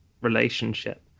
relationship